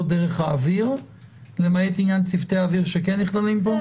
דרך האוויר למעט עניין צוותי האוויר שכן נכללים בו?